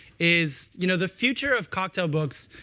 is you know the future of cocktail books,